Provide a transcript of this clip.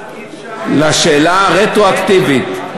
לשאלת הרטרואקטיביות,